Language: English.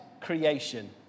creation